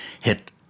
hit